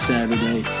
Saturday